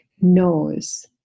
knows